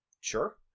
Sure